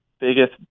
biggest